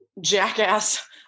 jackass